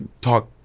talk